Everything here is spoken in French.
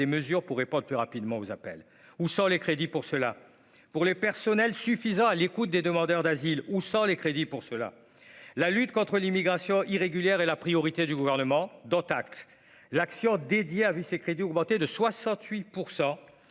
mesures pourraient pas plus rapidement aux appels ou sans les crédits pour cela, pour les personnels suffisants à l'écoute des demandeurs d'asile ou sans les crédits pour cela la lutte contre l'immigration irrégulière et la priorité du gouvernement, dont acte, l'action dédié a vu ses crédits augmenter de 68